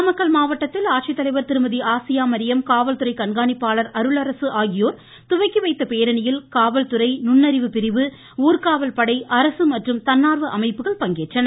நாமக்கல் மாவட்டத்தில் ஆட்சித்தலைவர் திருமதி ஆசியாமரியம் காவல்துறை கண்காணிப்பாளர் அருளரசு ஆகியோர் துவக்கி வைத்த பேரணியில் காவல்துறை நுண்ணறிவு பிரிவு ஊர்க்காவல் படை அரசு மற்றும் தன்னார்வ அமைப்புகள் பங்கேற்றன